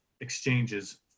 exchanges